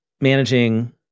managing